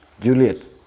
Juliet